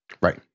Right